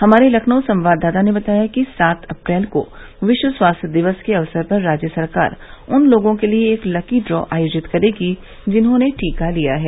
हमारे लखनऊ संवाददाता ने बताया कि सात अप्रैल को विश्व स्वास्थ्य दिवस के अवसर पर राज्य सरकार उन लोगों के लिए एक लकी ड्रॉ आयोजित करेगी जिन्होंने टीका लिया है